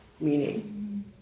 meaning